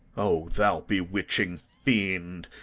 o thou bewitching fiend,